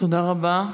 תודה רבה.